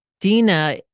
Dina